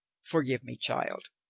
forgive me, child.